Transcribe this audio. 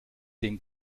den